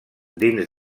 dins